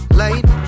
late